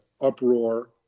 uproar